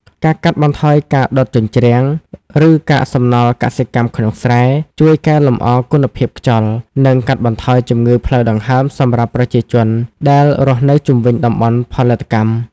ការកាត់បន្ថយការដុតជញ្ជ្រាំង ឬកាកសំណល់កសិកម្មក្នុងស្រែ ជួយកែលម្អគុណភាពខ្យល់ និងកាត់បន្ថយជំងឺផ្លូវដង្ហើមសម្រាប់ប្រជាជនដែលរស់នៅជុំវិញតំបន់ផលិតកម្ម។